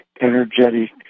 energetic